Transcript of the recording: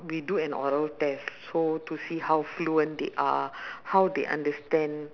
we do an oral test so to see how fluent they are how they understand